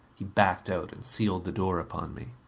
he backed out and sealed the door upon me.